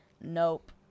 Nope